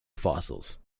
fossils